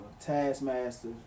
Taskmaster